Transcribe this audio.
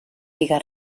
diga